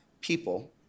people